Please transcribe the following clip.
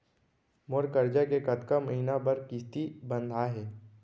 मोर करजा के कतका महीना बर किस्ती बंधाये हे?